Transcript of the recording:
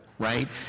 right